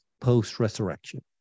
post-resurrection